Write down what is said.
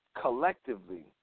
collectively